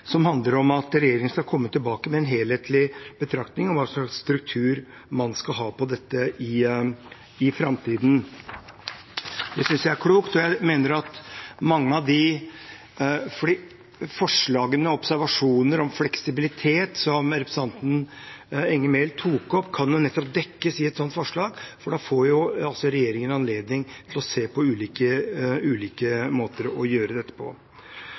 som handler om at regjeringen skal komme tilbake med en helhetlig betraktning om hva slags struktur man skal ha på dette i framtiden. Det synes jeg er klokt, og jeg mener at mange av de forslagene og observasjonene om fleksibilitet som representanten Enger Mehl tok opp, kan dekkes nettopp i et sånt forslag, for da får regjeringen anledning til å se på ulike måter å gjøre dette på.